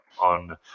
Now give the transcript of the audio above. on